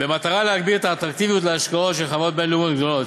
במטרה להגביר את האטרקטיביות להשקעות של חברות בין-לאומיות גדולות,